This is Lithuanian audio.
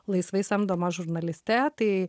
laisvai samdoma žurnaliste tai